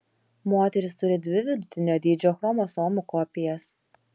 moterys turi dvi vidutinio dydžio chromosomų kopijas